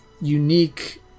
unique